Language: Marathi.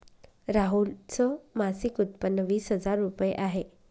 राहुल च मासिक उत्पन्न वीस हजार रुपये आहे